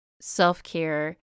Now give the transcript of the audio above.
self-care